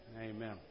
Amen